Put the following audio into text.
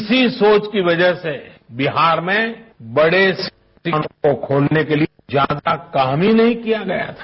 इसी सोच की वजह से बिहार में बडे संस्थानों को खोलने के लिए ज्यादा काम ही नहीं किया गया था